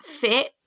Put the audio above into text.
fit